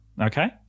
Okay